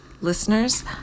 listeners